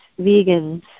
vegans